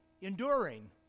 enduring